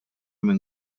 minn